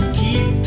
keep